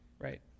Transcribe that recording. Right